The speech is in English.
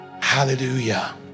hallelujah